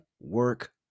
work